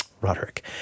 Roderick